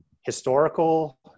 historical